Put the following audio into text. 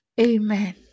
Amen